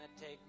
take